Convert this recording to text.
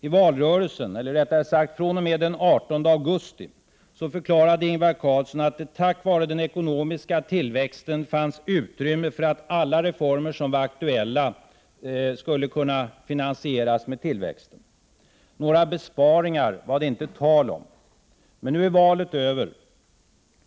I valrörelsen, eller rättare sagt fr.o.m. den 18 augusti, förklarade Ingvar Carlsson att det tack vare den ekonomiska tillväxten fanns utrymme för alla reformer som var aktuella. Några besparingar var det inte tal om. Men nu är valet över.